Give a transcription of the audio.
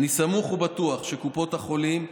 אני סמוך ובטוח שקופות החולים,